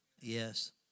Yes